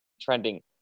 trending